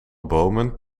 bomen